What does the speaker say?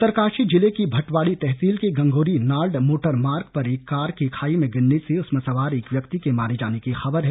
उत्तरका ी जिले की भटवाड़ी तहसील के गंगोरी नाल्ड मोटर मार्ग पर एक कार के खाई में गिरने से उसमें सवार एक व्यक्ति के मारे जाने की खबर है